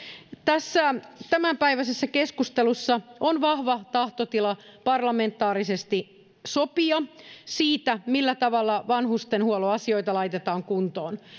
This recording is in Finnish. tässä tämänpäiväisessä keskustelussa on vahva tahtotila parlamentaarisesti sopia siitä millä tavalla vanhustenhuollon asioita laitetaan kuntoon